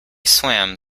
swam